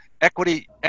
equity